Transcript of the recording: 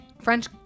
French